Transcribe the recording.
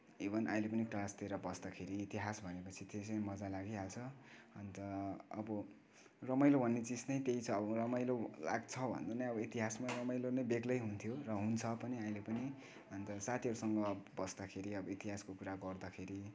even अहिले पनि क्लासतिर बस्दाखेरि इतिहास भनेपछि त्यसै नै मजा लागिहाल्छ अन्त अब रमाइलो भन्ने चिज नै त्यही छ अब रमाइलो लाग्छ भन्नु नै अब इतिहासमा रमाइलो नै बेग्लै हुन्थ्यो र हुन्छ पनि अहिले पनि अन्त साथीहरूसँग बस्दाखेरि अब इतिहासको कुरा गर्दाखेरि